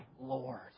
Lord